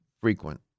frequent